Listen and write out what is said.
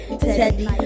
Teddy